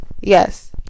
yes